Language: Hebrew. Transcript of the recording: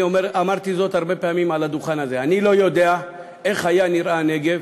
אמרתי זאת הרבה פעמים על הדוכן הזה: אני לא יודע איך היה נראה הנגב